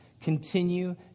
Continue